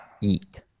Eat